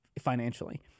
financially